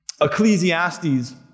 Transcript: Ecclesiastes